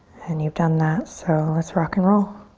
and you've done that so let's rock and roll.